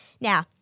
Now